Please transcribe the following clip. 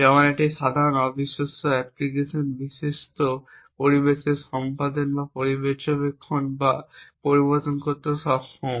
যেমন একটি সাধারণ অবিশ্বস্ত অ্যাপ্লিকেশন বিশ্বস্ত পরিবেশের সম্পাদন পর্যবেক্ষণ বা পরিবর্তন করতে সক্ষম